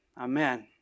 Amen